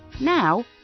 Now